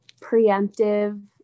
preemptive